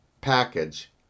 package